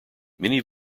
many